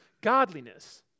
godliness